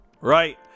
right